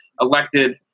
elected